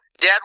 dad